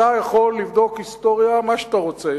אתה יכול לבדוק בהיסטוריה מה שאתה רוצה.